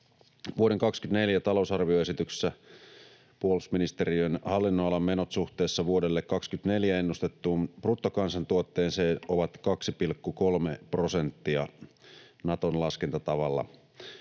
Vuoden 24 talousarvioesityksessä puolustusministeriön hallinnonalan menot suhteessa vuodelle 24 ennustettuun bruttokansantuotteeseen ovat 2,3 prosenttia Naton laskentatavalla.